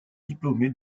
diplômé